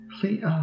Please